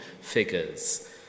figures